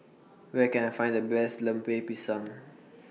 Where Can I Find The Best Lemper Pisang